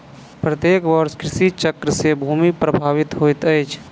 प्रत्येक वर्ष कृषि चक्र से भूमि प्रभावित होइत अछि